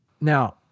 Now